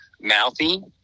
Mouthy